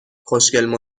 خوشگل